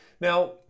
Now